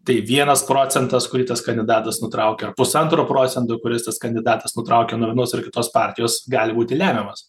tai vienas procentas kurį tas kandidatas nutraukia pusantro procento kuris tas kandidatas nutraukia nuo vienos ar kitos partijos gali būti lemiamas